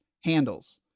handles